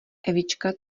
evička